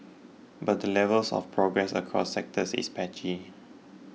but the levels of progress across sectors is patchy